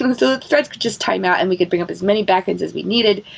the threads could just timeout and we could bring up as many back-ends as we needed,